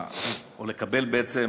או לקבל בעצם